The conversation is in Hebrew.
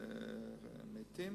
מתים